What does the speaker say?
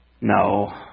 No